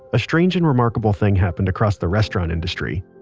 a strange and remarkable thing happened across the restaurant industry,